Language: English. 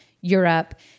Europe